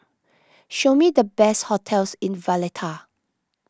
show me the best hotels in Valletta